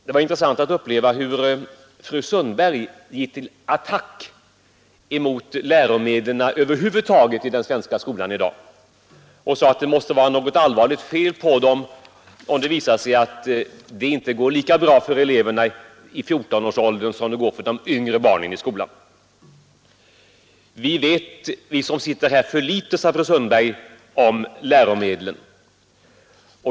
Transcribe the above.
Det var intressant att uppleva hur fru Sundberg gick till attack emot läromedlen över huvud taget i den svenska skolan i dag och sade att det måste vara något allvarligt fel på dem om det visat sig att det inte går lika bra för eleverna i fjortonårsåldern som det går för de yngre barnen i skolan. Vi som sitter här vet för litet, sade fru Sundberg, om läromedlen.